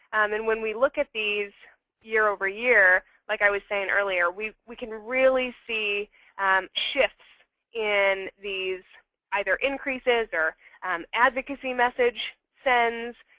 and when we look at these year over year, like i was saying earlier, we we can really see shifts in these either increases or um advocacy message sends.